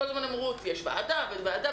כל הזמן אמרו: יש ועדה, ועדה.